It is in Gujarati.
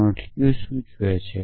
q સૂચવે છે